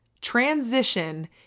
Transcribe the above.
transition